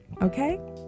okay